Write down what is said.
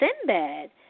Sinbad